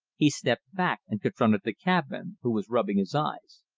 he stepped back and confronted the cabman, who was rubbing his eyes.